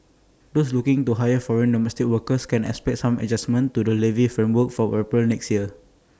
those looking to hire foreign domestic workers can expect some adjustments to the levy framework from April next year